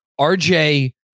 RJ